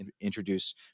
introduce